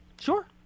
Sure